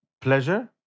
pleasure